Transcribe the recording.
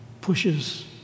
pushes